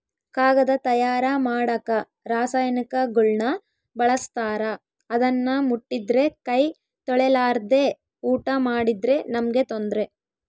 ಕಾಗದ ತಯಾರ ಮಾಡಕ ರಾಸಾಯನಿಕಗುಳ್ನ ಬಳಸ್ತಾರ ಅದನ್ನ ಮುಟ್ಟಿದ್ರೆ ಕೈ ತೊಳೆರ್ಲಾದೆ ಊಟ ಮಾಡಿದ್ರೆ ನಮ್ಗೆ ತೊಂದ್ರೆ